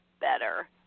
better